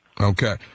Okay